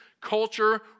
culture